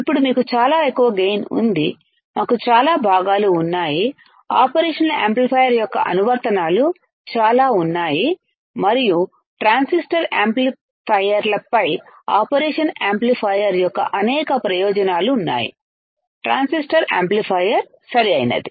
ఇప్పుడు మీకు చాలా ఎక్కువ గైన్ ఉంది మాకు చాలా భాగాలు ఉన్నాయిఆపరేషన్ యాంప్లిఫైయర్ యొక్క అనువర్తనాలు చాలా ఉన్నాయి మరియు ట్రాన్సిస్టర్ యాంప్లిఫైయర్లపై ఆపరేషన్ యాంప్లిఫైయర్ యొక్క అనేక ప్రయోజనాలు ఉన్నాయి ట్రాన్సిస్టర్ యాంప్లిఫైయర్ సరైనది